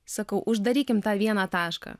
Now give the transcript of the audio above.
sakau uždarykim tą vieną tašką